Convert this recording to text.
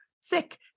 sick